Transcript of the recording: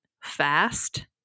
fast